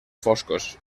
foscos